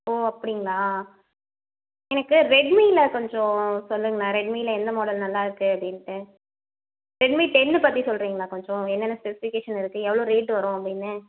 ஓ அப்படிங்களா எனக்கு ரெட்மீயில் கொஞ்சம் சொல்லுங்களேன் ரெட்மீயில் எந்த மாடல் நல்லாயிருக்கு அப்படினுட்டு ரெட்மீ டென்னு பற்றி சொல்கிறீங்களா கொஞ்சம் என்னென்ன ஸ்பெசிஃபிகேஷன் இருக்குது எவ்வளோ ரேட் வரும் அப்படின்னு